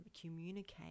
communicate